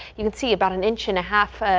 you can see about an inch and a half.